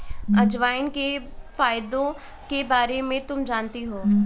अजवाइन के फायदों के बारे में तुम जानती हो?